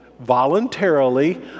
Voluntarily